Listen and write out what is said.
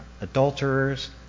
adulterers